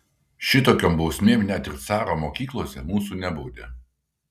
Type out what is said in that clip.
šitokiom bausmėm net ir caro mokyklose mūsų nebaudė